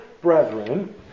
brethren